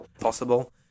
possible